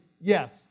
yes